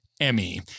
Emmy